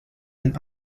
and